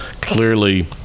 clearly